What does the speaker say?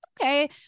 okay